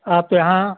आप यहाँ